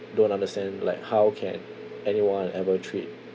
don't understand like how can anyone ever treat